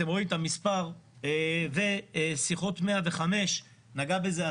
אתם רואים את המספר, ושיחות 105. נגע בזה השר.